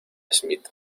smith